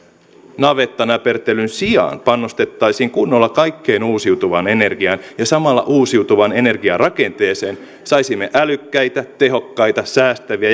navettanäpertelyn sijaan panostettaisiin kunnolla kaikkeen uusiutuvaan energiaan ja samalla uusiutuvaan energiarakenteeseen saisimme älykkäitä tehokkaita säästäviä